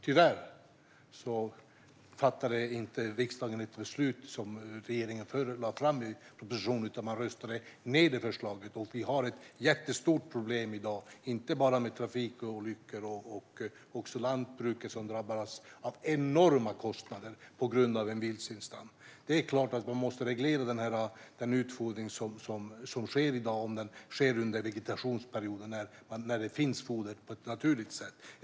Tyvärr fattade inte riksdagen det beslut som regeringen föreslog i propositionen, utan man röstade ned det. Vi har ett jättestort problem i dag, inte bara med trafikolyckor. Även lantbruket drabbas av enorma kostnader på grund av vildsvinsstammen. Det är klart att man måste reglera den utfodring som i dag sker under vegetationsperioden, när det finns naturligt foder.